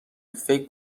فکر